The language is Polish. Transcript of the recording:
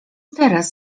teraz